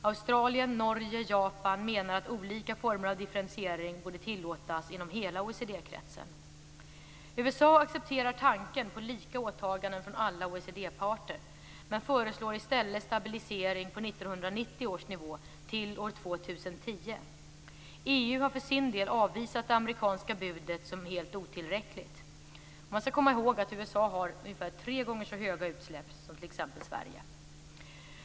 Australien, Norge och Japan menar att olika former av differentiering borde tillåtas inom hela OECD USA accepterar tanken på lika åtaganden från alla OECD-parter, men föreslår i stället stabilisering på 1990 års nivå till år 2010. EU har för sin del avvisat det amerikanska budet som helt otillräckligt. Man skall komma ihåg att USA har ungefär tre gånger så höga utsläpp som t.ex. Sverige.